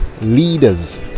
leaders